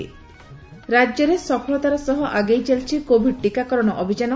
ରାକ୍ୟରେ ସଫଳତାର ସହ ଆଗେଇ ଚାଲିଛି କୋଭିଡ୍ ଟିକାକରଣ ଅଭିଯାନ